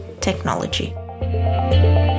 technology